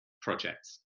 projects